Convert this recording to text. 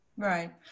Right